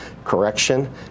Correction